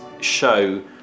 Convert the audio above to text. show